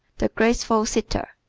the graceful sitter